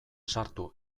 sartu